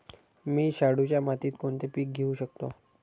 मी शाडूच्या मातीत कोणते पीक घेवू शकतो?